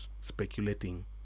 speculating